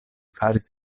faris